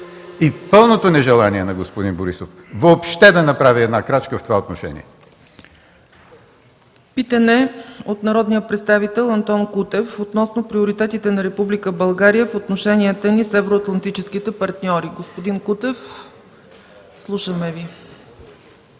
и пълното нежелание на господин Борисов въобще да направи една крачка в това отношение. ПРЕДСЕДАТЕЛ ЦЕЦКА ЦАЧЕВА: Питане от народния представител Антон Кутев относно приоритетите на Република България в отношенията ни с евроатлантическите партньори. Господин Кутев, слушаме Ви.